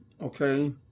okay